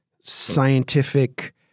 scientific